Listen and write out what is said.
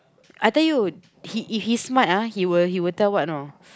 I tell you he if he's smart ah he will he will tell what know